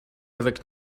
avec